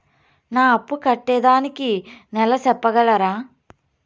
నా అప్పు కట్టేదానికి నెల సెప్పగలరా?